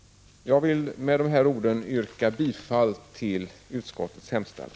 Jag vill med dessa ord yrka bifall till utskottets hemställan.